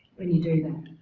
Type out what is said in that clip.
when you do that.